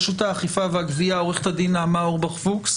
מרשות האכיפה והגבייה עו"ד נעמה אורבך פוקס.